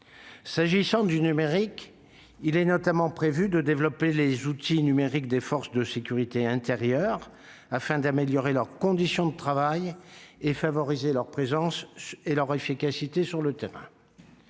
S'agissant du numérique, il est notamment prévu, d'une part, de développer les outils numériques des forces de sécurité intérieure afin d'améliorer leurs conditions de travail et favoriser leur présence et leur efficacité sur le terrain,